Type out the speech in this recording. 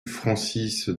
francis